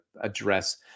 address